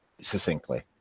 succinctly